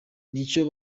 n’icyo